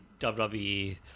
WWE